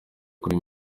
kuri